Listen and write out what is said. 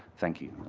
thank you.